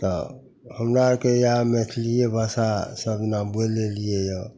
तऽ हमरा आओरके इएह मैथिलिए भाषा सबदिना बोलि अएलिए यऽ